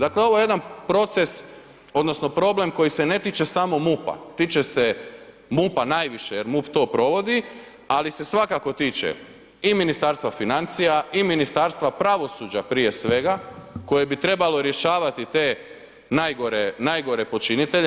Dakle, ovo je jedan proces odnosno problem koji se ne tiče samo MUP-a, tiče se MUP-a najviše jer MUP to provodi, ali se svakako tiče i Ministarstva financija i Ministarstva pravosuđa prije svega koje bi trebalo rješavati te najgore počinitelje.